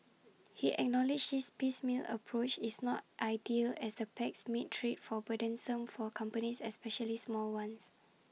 he acknowledged this piecemeal approach is not ideal as the pacts make trade for burdensome for companies especially small ones